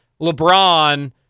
LeBron